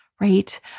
right